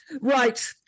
right